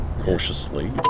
cautiously